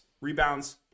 rebounds